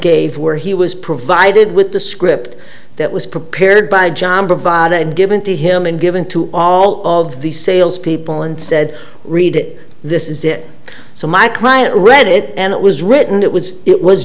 gave where he was provided with a script that was prepared by john bravado and given to him and given to all of the sales people and said read this is it so my client read it and it was written it was it was